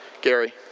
Gary